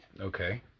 Okay